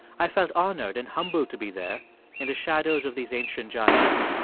i felt honored and humbled to be there in the shadows of these ancient giants.